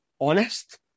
honest